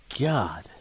God